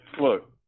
look